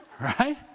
Right